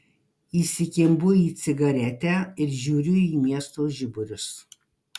įsikimbu į cigaretę ir žiūriu į miesto žiburius